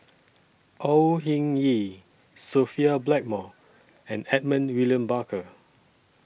Au Hing Yee Sophia Blackmore and Edmund William Barker